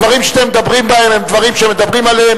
הדברים שאתם מדברים בהם הם דברים שמדברים עליהם